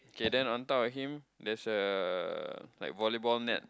okay then on top of him there's a like volleyball net